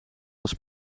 was